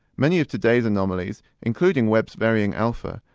many of today's anomalies, including webb's varying alpha,